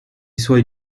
suoi